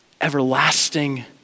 everlasting